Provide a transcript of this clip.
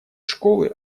школы